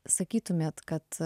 sakytumėt kad